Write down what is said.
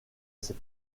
cet